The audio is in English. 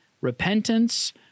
repentance